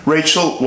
Rachel